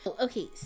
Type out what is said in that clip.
okay